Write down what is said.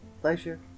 pleasure